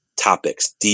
topics